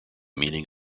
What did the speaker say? meaning